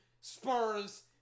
Spurs